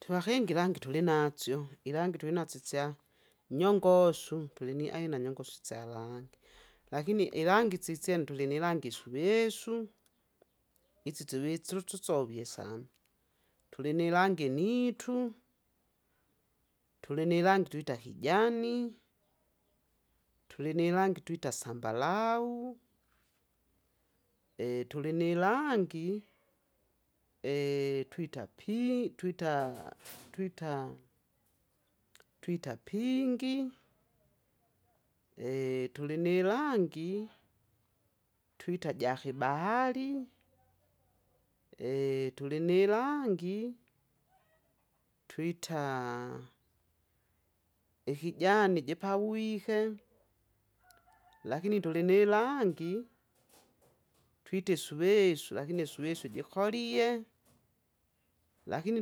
Twivakinga irangi tulinasyo, irangi tulinasyo isya, nyongosu tuliniaina nyongosu isyarangi. aLakini irangi sisyene tulinirangi isuvisu, isi suvi sususovie sana, tulinirangi initu, tulinirangi twita kijani, tulinirangi twita sambalau, tulinirangi! twita pi- twita, twita, twita pingi, tulinirangi! twita jakibahari, tulinirangi! twita, ikijani jipawike. Lakini tulinirangi! twita isuvisu lakini isuvisu jikolie, lakini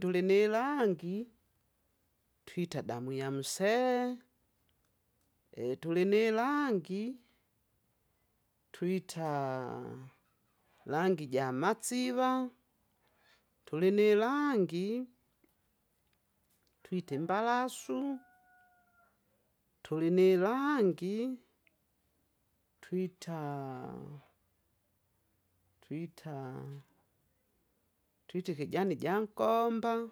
tulinirangi! twita damu ya msee, tulinirangi! twita, rangi jamasiva, tulinirangi! twita imbalasu, tulinirangi! twita, twita, twita ikijani jankomba.